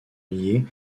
liée